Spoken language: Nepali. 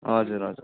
हजुर हजुर